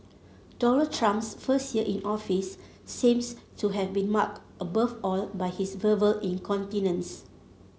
Donald Trump's first year in office seems to have been marked above all by his verbal incontinence